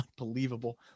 unbelievable